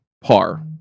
par